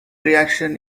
reaction